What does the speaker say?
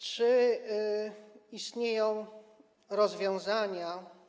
Czy istnieją rozwiązania.